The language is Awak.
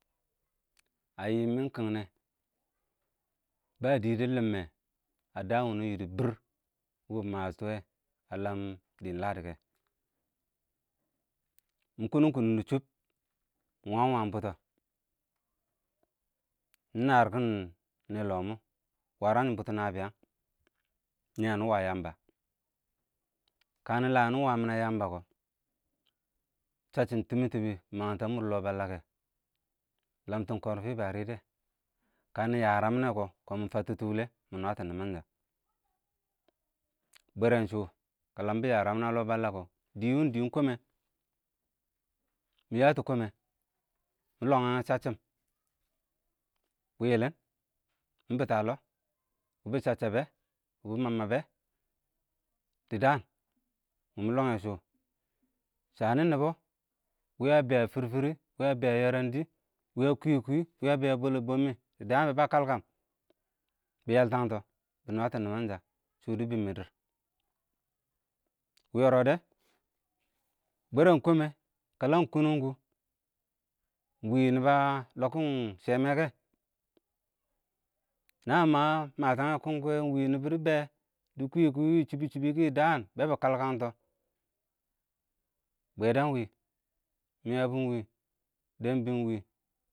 ə yɪmɪn ɪng kɪng nɛ, bə dɪ dɪ lɪmmɛ ə dəəm wɪnɪ yɪ dɪ bɪr wɪ ɪng mə sʊtʊ wɛ, ə ləm dɪn lədɪkɛ mɪ kʊnʊng kʊn dɪ chʊp, mɪ wəm-wəm bʊtɔ mɪ nəərkɪn nɛ lɔɔmɔ wərəngshɪ bʊtɔ nəbɪyəng. Nɪ yə nɪ wə yəmbə kə nɪ yə nɪ wəmɪnɛ yəmbə kɔɔ, shəsshɪm tɪmɪ-tɪmɪ bɪ maəngtɔ ə lɔɔ bəlləkə yɛ, ɪng kɔrfɪ bə rɪdɛ, kənɪ nyərə mɪnɛ kɔɔ kɔɔm mʊ fətʊ tɔ wʊlɛ mɛ nwətɔ nɪməngshə, bwɛrɛnshʊ kə ləm bɪ yərəng ə lɔɔ bəllə kɔ, dɪɪn wʊ ɪng dɪɪn kɔmɛ mɪ yətɔ kɔmɛ mɪ lɔnyəngɛ səcchɪm, wɪɪ yɪlɪm ɪng bɪttɛ ə lɔɔ, bɪ chəcchəbɛ, wɪ bɪ məb- məbɛ, dɪ dəən mɪ lɔngyɛ shɔ shənɪ ɪng nɪbɔ wɪ əbɛ ə fɪr fɪr wɪɪ ə bɛ ə yɛrɛn dɪ, wɪɪ ə kwɪ kwɪ ə bɛ ə lɔbbɔmɔ dəən bɛ bə kəlkən, bɪ yəlkəngtɔ bɪ nwətɔ nɪməngshə, ɪng shʊ dɪ dɪmmɪ dɪrr, wɪɪ yɔrɔdɛ, bwɛrɛn kɔmɛ kələn kʊnʊm kʊ, ɪng wɪ nɪ bə lɔngkɪn chɛmɛ kɛ, nəən mə məngkəm kʊn kʊ wɛ ɪng wɪ nɪbʊ dɪ bɛɛ dɪ kʊwɛ-kʊwɛ wɪ chɪbbɛ-chɪbɛ kɪ dɪ dəən bɛ bə kəlkəntɔ bwɛdə ɪng wɪ, mɪyəbo ɪng wɪ dɛn bəngwɪ.